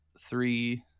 three